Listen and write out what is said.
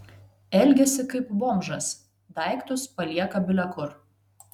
elgiasi kaip bomžas daiktus palieka bile kur